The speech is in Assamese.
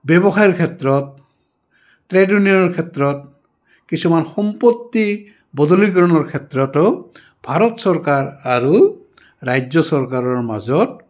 ব্যৱসায়ৰ ক্ষেত্ৰত ট্ৰেডনিয়ৰ ক্ষেত্ৰত কিছুমান সম্পত্তি বদলিকৰণৰ ক্ষেত্ৰতো ভাৰত চৰকাৰ আৰু ৰাজ্য চৰকাৰৰ মাজত